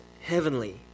heavenly